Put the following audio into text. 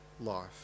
life